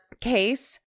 case